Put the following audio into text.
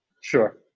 Sure